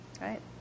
Right